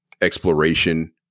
exploration